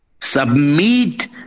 Submit